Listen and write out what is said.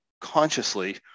consciously